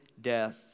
death